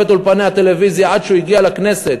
את אולפני הטלוויזיה עד שהוא הגיע לכנסת,